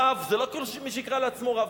רב זה לא כל מי שיקרא לעצמו רב.